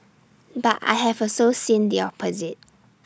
but I have also seen the opposite